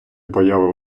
появи